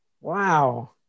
Wow